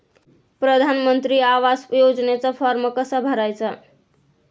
प्रधानमंत्री आवास योजनेचा फॉर्म कसा भरायचा?